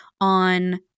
on